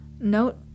note